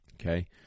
okay